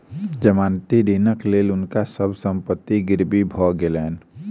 जमानती ऋणक लेल हुनका सभ संपत्ति गिरवी भ गेलैन